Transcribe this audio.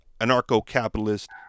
anarcho-capitalist